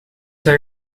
hij